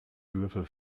würfel